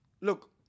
Look